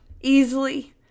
easily